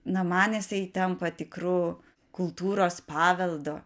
na manęs jisai tampa tikru kultūros paveldo